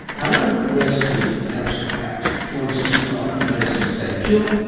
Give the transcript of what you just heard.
our own resident artistocrat joins us on ockham's razor today jill,